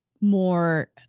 more